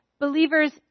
believers